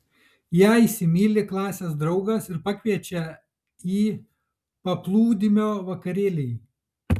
ją įsimyli klasės draugas ir pakviečia į paplūdimio vakarėlį